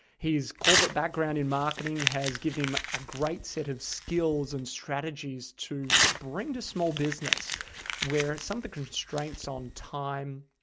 his corporate background in marketing has given him a great set of skills and strategies to bring to small business where some of the constraints on time,